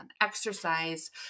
exercise